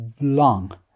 long